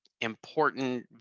important